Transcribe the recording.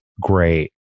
great